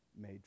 made